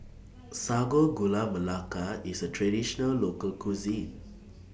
Sago Gula Melaka IS A Traditional Local Cuisine